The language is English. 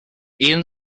ian